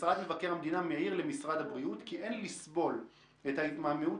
משרד מבקר המדינה מעיר למשרד הבריאות כי אין לסבול את ההתמהמהות